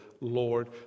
Lord